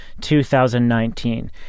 2019